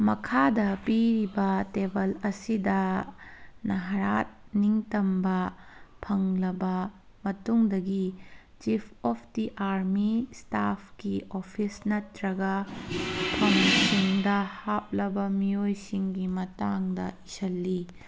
ꯃꯈꯥꯗ ꯄꯤꯔꯤꯕ ꯇꯦꯕꯜ ꯑꯁꯤꯗ ꯅꯍꯥꯔꯥꯠ ꯅꯤꯡꯇꯝꯕ ꯐꯪꯂꯕ ꯃꯇꯨꯡꯗꯒꯤ ꯆꯤꯐ ꯑꯣꯐ ꯗꯤ ꯑꯥꯔꯃꯤ ꯏꯁꯇꯥꯞꯀꯤ ꯑꯣꯐꯤꯁ ꯅꯠꯇ꯭ꯔꯒ ꯐꯝꯁꯤꯡꯗ ꯍꯥꯞꯂꯕ ꯃꯤꯑꯣꯏꯁꯤꯡꯒꯤ ꯃꯇꯥꯡꯗ ꯏꯁꯜꯂꯤ